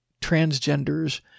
transgenders